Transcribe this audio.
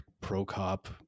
pro-cop